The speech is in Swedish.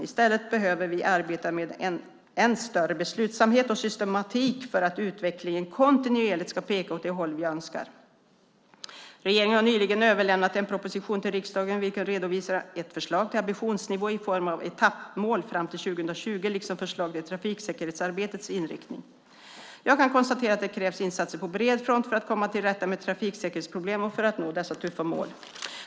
I stället behöver vi arbeta med en än större beslutsamhet och systematik för att utvecklingen kontinuerligt ska peka åt det håll vi önskar. Regeringen har nyligen överlämnat en proposition till riksdagen vilken redovisar ett förslag till ambitionsnivå i form av etappmål fram till 2020 liksom förslag till trafiksäkerhetsarbetets inriktning. Jag kan konstatera att det krävs insatser på bred front för att komma till rätta med trafiksäkerhetsproblemen och för att nå dessa tuffa mål.